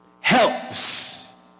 Helps